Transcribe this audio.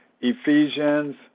Ephesians